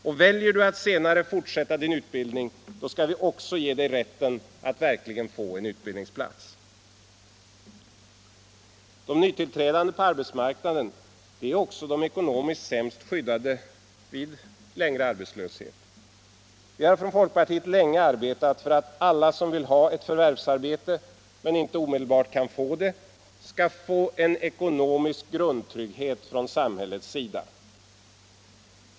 Och väljer du att senare fortsätta din utbildning skall vi också ge dig rätten att verkligen få en utbildningsplats. De nytillträdande på arbetsmarknaden är också de ekonomiskt sämst skyddade vid längre arbetslöshet. Vi har från folkpartiets sida länge arbetat för att alla som vill ha ett förvärvsarbete men inte omedelbart kan få ett skall tillförsäkras en ekonomisk grundtrygghet från samhällets sida.